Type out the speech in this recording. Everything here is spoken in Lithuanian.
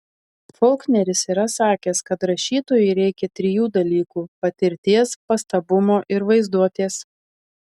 folkneris yra sakęs kad rašytojui reikia trijų dalykų patirties pastabumo ir vaizduotės